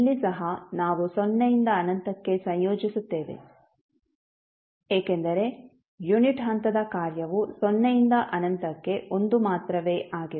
ಇಲ್ಲಿ ಸಹ ನಾವು ಸೊನ್ನೆಯಿಂದ ಅನಂತಕ್ಕೆ ಸಂಯೋಜಿಸುತ್ತೇವೆ ಏಕೆಂದರೆ ಯುನಿಟ್ ಹಂತದ ಕಾರ್ಯವು ಸೊನ್ನೆಯಿಂದ ಅನಂತಕ್ಕೆ 1 ಮಾತ್ರವೇ ಆಗಿದೆ